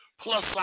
Plus